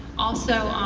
also,